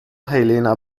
helena